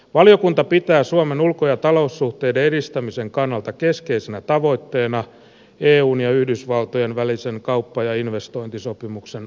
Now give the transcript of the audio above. valiokunta pitää suomen ulko ja taloussuhteiden edistämisen kannalta keskeisenä tavoitteena eun ja yhdysvaltojen välisen kauppa ja investointisopimuksen aikaansaamista